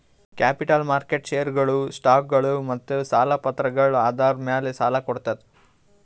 capital market ಷೇರ್ಗೊಳು, ಸ್ಟಾಕ್ಗೊಳು ಮತ್ತ್ ಸಾಲ ಪತ್ರಗಳ್ ಆಧಾರ್ ಮ್ಯಾಲ್ ಸಾಲ ಕೊಡ್ತದ್